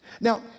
Now